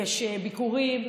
יש ביקורים,